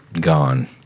gone